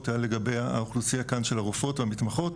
היה לגבי האוכלוסייה של הרופאות והמתמחות,